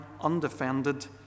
undefended